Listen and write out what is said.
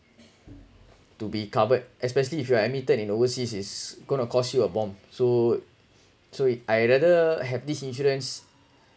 to be covered especially if you are admitted in overseas is going to cost you a bomb so so I'd rather have this insurance